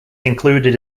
included